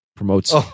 Promotes